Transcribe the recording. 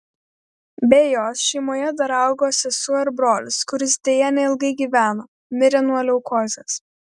be jos šeimoje dar augo sesuo ir brolis kuris deja neilgai gyveno mirė nuo leukozės